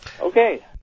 Okay